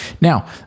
Now